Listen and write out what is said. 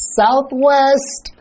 southwest